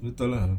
betul lah